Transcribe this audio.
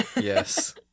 Yes